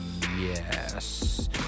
Yes